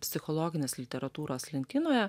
psichologinės literatūros lentynoje